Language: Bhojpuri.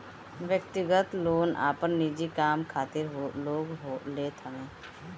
व्यक्तिगत लोन आपन निजी काम खातिर लोग लेत हवे